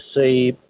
see